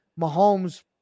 Mahomes